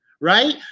right